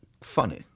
funny